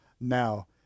now